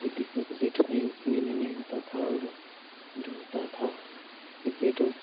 कोई दिक्कत बैठने उठने में नहीं होता था और जो होता था क्रिकेट